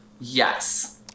Yes